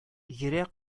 йөрәк